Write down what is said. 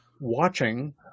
watching